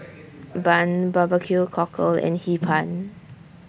Bun Barbecue Cockle and Hee Pan